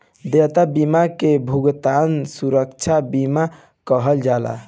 देयता बीमा के भुगतान सुरक्षा बीमा कहल जाला